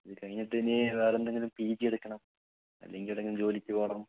ഇത് കഴിഞ്ഞിട്ട് ഇനി വേറെ എന്തെങ്കിലും പി ജി എടുക്കണം അല്ലെങ്കിൽ എവിടെയെങ്കിലും ജോലിക്ക് പോകണം